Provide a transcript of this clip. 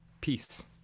peace